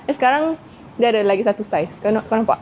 abeh sekarang dia ada lagi satu size kau nampak